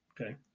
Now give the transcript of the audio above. Okay